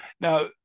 now